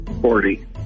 forty